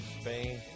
Spain